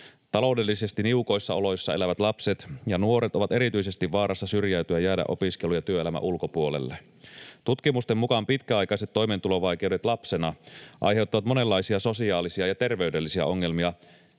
Taloudellisesti niukoissa oloissa elävät lapset ja nuoret ovat erityisesti vaarassa syrjäytyä, jäädä opiskelu- ja työelämän ulkopuolelle. Tutkimusten mukaan pitkäaikaiset toimeentulovaikeudet lapsena aiheuttavat monenlaisia sosiaalisia ja terveydellisiä ongelmia